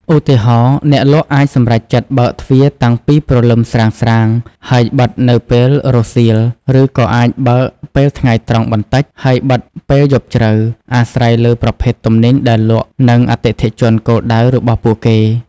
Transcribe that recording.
ឧទាហរណ៍ អ្នកលក់អាចសម្រេចចិត្តបើកទ្វារតាំងពីព្រលឹមស្រាងៗ ហើយបិទនៅពេលរសៀល ឬក៏អាចបើកពេលថ្ងៃត្រង់បន្តិចហើយបិទពេលយប់ជ្រៅ អាស្រ័យលើប្រភេទទំនិញដែលលក់ និងអតិថិជនគោលដៅរបស់ពួកគេ។